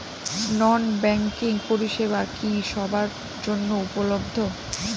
নন banking পরিষেবা কি সবার জন্য উপলব্ধ?